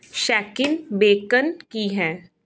ਸ਼ੈਕਿਨ bacon ਕੀ ਹੈ